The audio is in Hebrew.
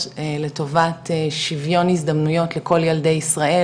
לטובת שוויון הזדמנויות לכל ילדי ישראל